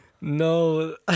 No